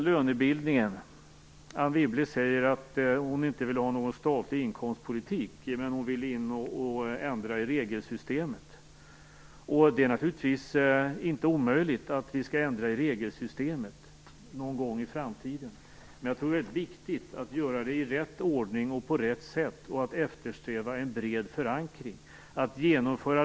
Anne Wibble sade att hon inte vill ha någon statlig inkomstpolitik, men hon vill in och ändra i regelsystemet. Det är naturligtvis inte omöjligt att vi skall ändra i regelsystemet någon gång i framtiden. Men det är viktigt att göra det i rätt ordning och på rätt sätt samt att eftersträva en bred förankring.